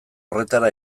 horretara